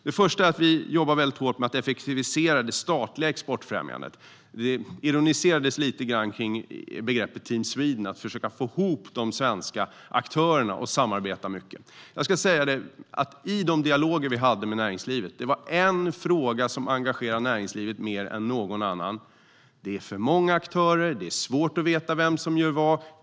Det första är att vi jobbar väldigt hårt med att effektivisera det statliga exportfrämjandet. Det ironiserades lite grann kring begreppet Team Sweden och försöket att få ihop de svenska aktörerna och samarbeta mycket. Jag ska säga att det i de dialoger vi hade var en fråga som engagerade näringslivet mer än någon annan. Man sa: Det är för många aktörer, det är svårt att veta vem som gör vad.